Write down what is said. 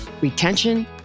retention